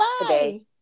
today